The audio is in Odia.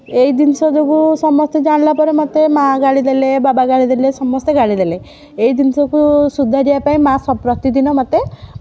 ଏଇ ଜିନିଷ ଯୋଗୁଁ ସମସ୍ତେ ଜାଣି ସାରିଲା ପରେ ମୋତେ ମା ଗାଳି ଦେଲେ ବାବା ଗାଳି ଦେଲେ ସମସ୍ତେ ଗାଳି ଦେଲେ ଏଇ ଜିନିଷକୁ ସୁଧାରିବା ପାଇଁ ମା ପ୍ରତିଦିନ ମୋତେ